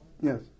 Yes